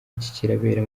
kirabera